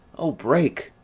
o, break,